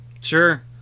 sure